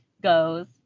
goes